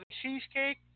cheesecake